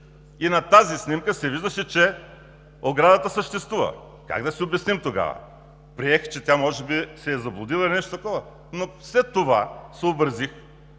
е. На тази снимка се виждаше, че оградата съществува. Как да си обясним тогава? Приех, че тя може би се е заблудила или нещо такова, но след това съобразих,